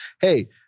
hey